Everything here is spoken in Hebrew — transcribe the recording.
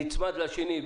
שאחד נצמד לשני,